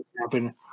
happen